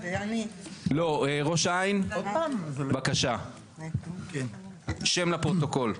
לא ראש העין בבקשה, שם לפרוטוקול.